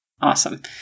Awesome